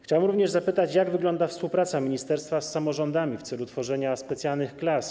Chciałbym również zapytać, jak wygląda współpraca ministerstwa z samorządami w celu utworzenia specjalnych klas.